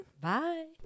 bye